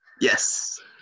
Yes